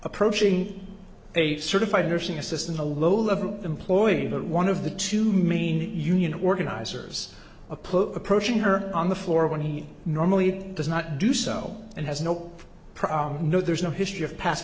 approaching a certified nursing assistant a low level employee that one of the two main union organizers a put approaching her on the floor when he normally does not do so and has no no there's no history of past